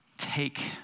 take